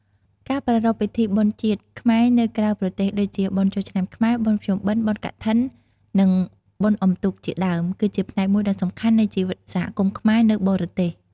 ការប្រារព្ធពិធីបុណ្យជាតិខ្មែរនៅក្រៅប្រទេស ដូចជាបុណ្យចូលឆ្នាំខ្មែរ បុណ្យភ្ជុំបិណ្ឌ បុណ្យកឋិន និងបុណ្យអុំទូក ជាដើម គឺជាផ្នែកមួយដ៏សំខាន់នៃជីវិតសហគមន៍ខ្មែរនៅបរទេស។